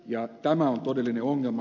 ja tämä on todellinen ongelma